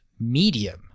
medium